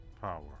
power